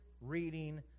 reading